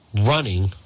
running